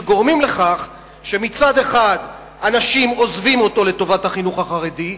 שגורמים לכך שמצד אחד אנשים עוזבים אותו לטובת החינוך החרדי,